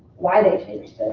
why they changed